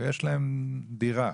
ויש להם דירה.